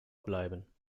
bleiben